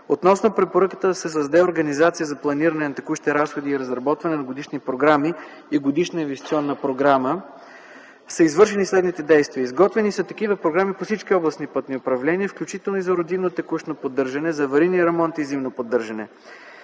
Относно препоръката да се създаде организация за планиране на текущите разходи и разработване на годишни програми и годишна инвестиционна програма, са извършени следните действия. Изготвени са такива програми по всички областни пътни управления, включително за рутинно текущо поддържане, за аварийни ремонти и зимно поддържане.